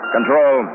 Control